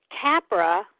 Capra